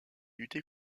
lutter